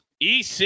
EC